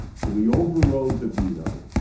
so we overrode the veto,